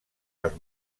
els